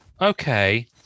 okay